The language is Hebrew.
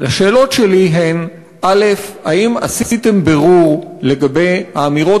השאלות שלי: 1. האם עשיתם בירור לגבי האמירות